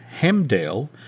Hemdale